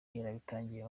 yarabitangiye